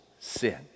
sin